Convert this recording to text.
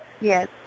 Yes